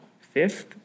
Fifth